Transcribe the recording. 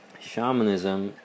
shamanism